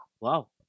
Wow